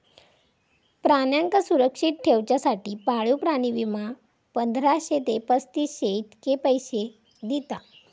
प्राण्यांका सुरक्षित ठेवच्यासाठी पाळीव प्राणी विमा, पंधराशे ते पस्तीसशे इतके पैशे दिता